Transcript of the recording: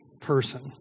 person